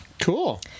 Cool